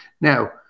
Now